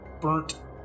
burnt